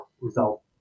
result